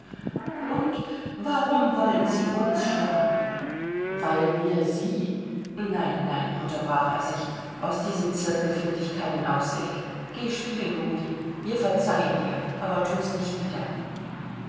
und warum wollen sie uns schlagen weil wir sie nein nein unterbrach er sich aus diesem cirkel find ich keinen ausweg geh spielen rudi wir verzeihen dir aber thu's nicht wieder